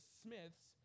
smiths